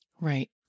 Right